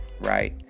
right